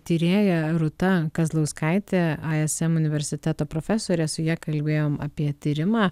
tyrėja rūta kazlauskaitė ism universiteto profesorė su ja kalbėjom apie tyrimą